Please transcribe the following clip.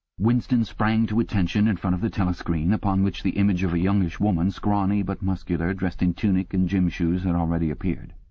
winston sprang to attention in front of the telescreen, upon which the image of a youngish woman, scrawny but muscular, dressed in tunic and gym-shoes, had already appeared.